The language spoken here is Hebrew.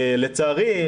לצערי,